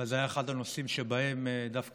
אבל זה היה אחד הנושאים שבהם דווקא